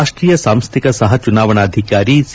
ರಾಷ್ಟೀಯ ಸಾಂಸ್ದಿಕ ಸಹ ಚುನಾವಣಾಧಿಕಾರಿ ಸಿ